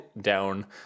down